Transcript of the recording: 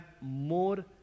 more